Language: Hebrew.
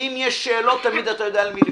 ואם יש שאלות, תמיד אתה יודע למי לפנות.